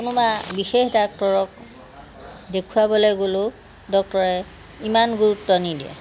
কোনোবা বিশেষ ডাক্তৰক দেখুৱাবলৈ গ'লেও ডক্টৰে ইমান গুৰুত্ব নিদিয়ে